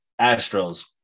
Astros